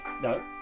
No